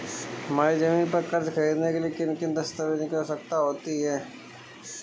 हमारी ज़मीन पर कर्ज ख़रीदने के लिए किन किन दस्तावेजों की जरूरत होती है?